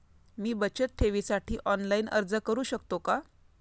मी बचत ठेवीसाठी ऑनलाइन अर्ज करू शकतो का?